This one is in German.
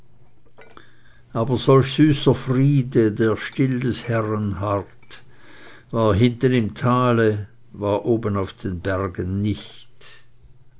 aber solch süßer friede der still des herren harrt war hinten im tale war oben auf den bergen nicht